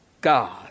God